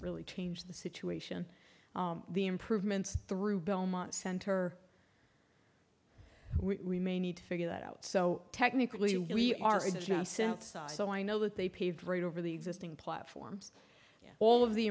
really change the situation the improvements through belmont center we may need to figure that out so technically we are just so i know that they paved right over the existing platforms all of the